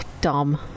dumb